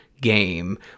game